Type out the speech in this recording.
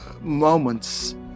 moments